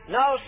no